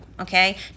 okay